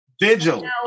Vigil